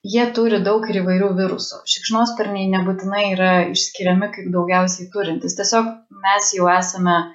jie turi daug ir įvairių virusų šikšnosparniai nebūtinai yra išskiriami kaip daugiausiai turintys tiesiog mes jau esame